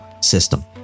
system